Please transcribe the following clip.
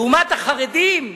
לעומת החרדים,